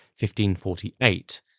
1548